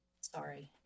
Sorry